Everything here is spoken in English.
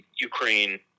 Ukraine